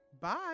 Bye